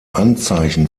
anzeichen